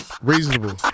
Reasonable